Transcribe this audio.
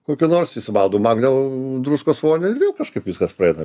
kokių nors išsimaudau magnio druskos vonioj ir vėl kažkaip viskas praeina